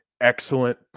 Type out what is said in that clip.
excellent